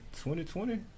2020